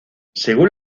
según